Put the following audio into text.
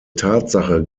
tatsache